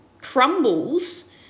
crumbles